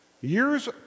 years